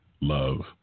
love